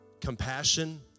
Compassion